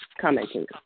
commenting